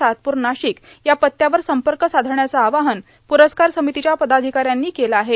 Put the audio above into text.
सातपूर नाशिक या पत्यावर संपर्क साधण्याचं आवाहन पुरस्कार समितीच्या पदाधिकाऱ्यांनी केलं आहे